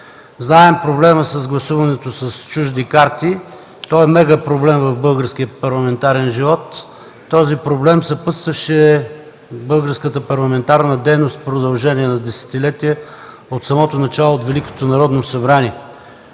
Знаем проблема с гласуването с чужди карти. Той е мегапроблем в българския парламентарен живот. Този проблем съпътстваше българската парламентарна дейност в продължение на десетилетия – от самото начало, от Великото Народно събрание.